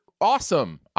awesome